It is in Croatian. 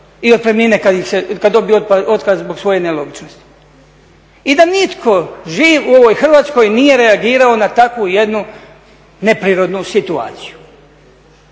i otpremnine kad dobiju otkaz zbog svoje nelogičnosti. I da nitko živ u ovoj Hrvatskoj nije reagirao na takvu jednu neprirodnu situaciju.